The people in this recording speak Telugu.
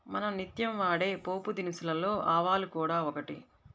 మనం నిత్యం వాడే పోపుదినుసులలో ఆవాలు కూడా ఒకటి